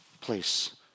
place